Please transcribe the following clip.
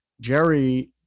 Jerry